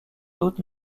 doute